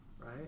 right